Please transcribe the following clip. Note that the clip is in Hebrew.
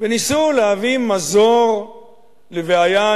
וניסו להביא מזור לבעיה,